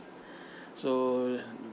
so